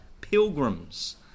pilgrims